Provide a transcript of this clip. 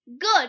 good